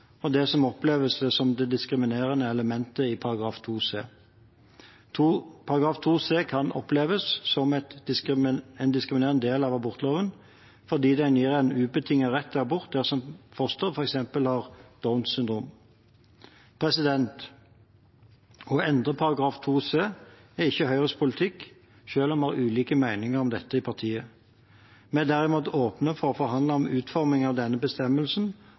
og det som oppleves som det diskriminerende elementet i § 2 c. § 2 c kan oppleves som en diskriminerende del av abortloven fordi den gir en ubetinget rett til abort dersom fosteret f.eks. har Downs syndrom. Å endre § 2 c er ikke Høyres politikk, selv om vi har ulike meninger om dette i partiet. Vi er derimot åpne for å forhandle om utformingen av denne bestemmelsen,